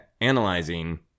analyzing